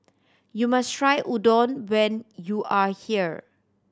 you must try Udon when you are here